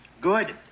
Good